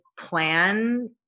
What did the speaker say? plan